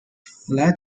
fled